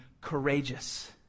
courageous